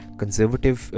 conservative